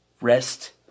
rest